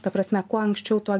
ta prasme kuo anksčiau tuo